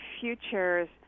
futures